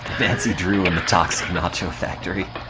nancy drew and the toxic nacho factory